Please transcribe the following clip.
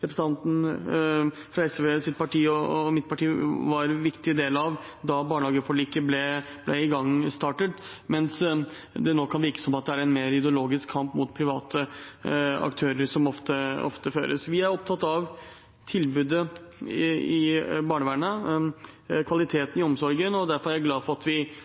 fra SV og mitt parti var en viktig del av da det kom i stand. Nå kan det virke som om det er en mer ideologisk kamp mot private aktører som ofte føres. Vi er opptatt av tilbudet i barnevernet og kvaliteten i omsorgen, derfor er jeg glad for at vi